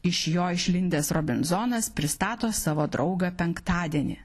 iš jo išlindęs robinzonas pristato savo draugą penktadienį